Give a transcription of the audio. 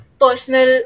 personal